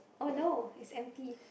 oh no it's empty